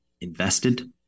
invested